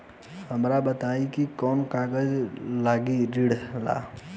हमरा बताई कि कौन कागज लागी ऋण ला?